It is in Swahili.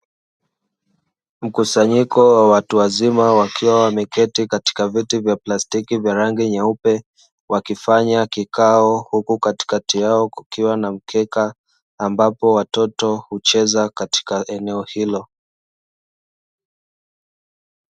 Mkusanyiko wa watu wazima wakiwa wameketi katika viti vya plastiki vya rangi nyeupe, wakifanya kikao huku katikati yao kukiwa na mkeka ambapo watoto hucheza katika eneo hilo.